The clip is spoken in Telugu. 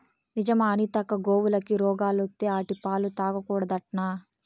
నిజమా అనితక్కా, గోవులకి రోగాలత్తే ఆటి పాలు తాగకూడదట్నా